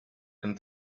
and